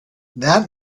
that